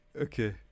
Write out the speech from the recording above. Okay